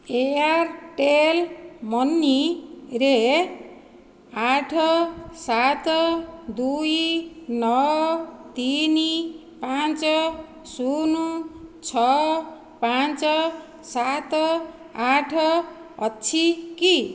Airtel ମନିରେ ଆଠ ସାତ ଦୁଇ ନଅ ତିନି ପାଞ୍ଚ ଶୂନ ଛଅ ପାଞ୍ଚ ସାତ ଆଠ ଅଛି କି